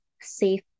safe